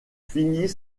finit